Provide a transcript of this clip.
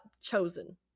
chosen